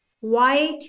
white